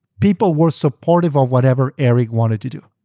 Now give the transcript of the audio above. people were supportive of whatever eric wanted to do.